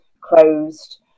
closed